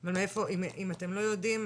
אם אתם לא יודעים,